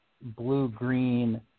blue-green